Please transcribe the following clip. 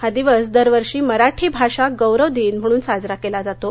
हा दिवस दरवर्षी मराठी भाषा गौरव दिन म्हणून साजरा केला जातो